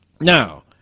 Now